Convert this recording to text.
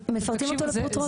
מפרטים אותו לפרוטרוט.